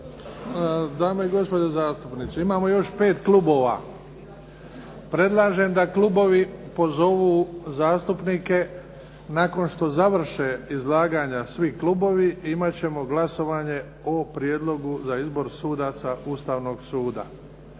Dame i gospodo zastupnici, imamo još pet klubova. Predlažem da klubovi pozovu zastupnike, nakon što završe izlaganja svi klubovi imat ćemo glasovanje o prijedlogu za izbor sudaca Ustavnog suda.